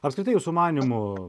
apskritai jūsų manymu